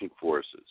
forces